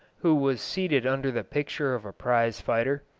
who was seated under the picture of a prize-fighter,